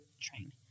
train